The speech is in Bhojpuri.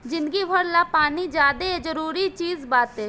जिंदगी भर ला पानी ज्यादे जरूरी चीज़ बाटे